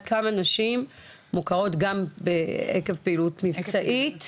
כמה נשים מוכרות גם עקב פעילות מבצעית.